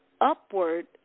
upward